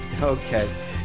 Okay